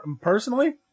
personally